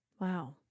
Wow